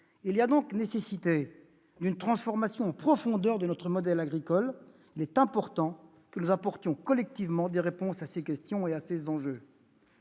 Il est donc nécessaire de transformer en profondeur notre modèle agricole ; il est important que nous apportions collectivement des réponses à ces questions et à ces enjeux.